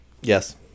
Yes